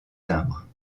timbre